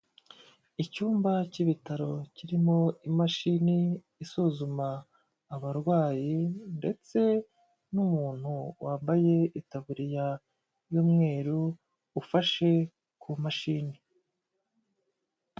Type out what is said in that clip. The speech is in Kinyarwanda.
Icyumba cy'ibitaro kirimo imashini isuzuma abarwayi ndetse n'umuntu wambaye itaburiya y'umweru, ufashe ku mashini.